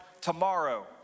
tomorrow